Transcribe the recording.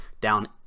down